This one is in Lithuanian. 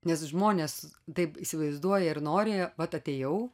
nes žmonės taip įsivaizduoja ir nori vat atėjau